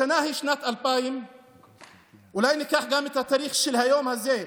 השנה היא שנת 2000. אולי ניקח גם את התאריך של היום הזה,